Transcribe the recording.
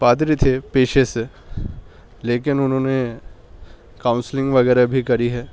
پادری تھے پیشے سے لیکن انہوں نے کاؤنسلنگ وغیرہ بھی کری ہے